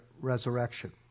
resurrection